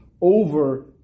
over